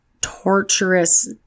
torturous